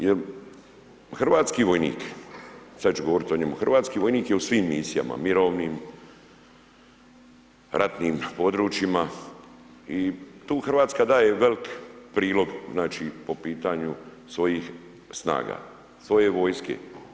Jel hrvatski vojnik, sad ću govorit o njemu, hrvatski vojnik je u svim misijama mirovnim, ratnim područjima i tu Hrvatska daje velik prilog znači po pitanju svojih snaga, svoje vojske.